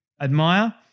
admire